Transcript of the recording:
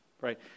right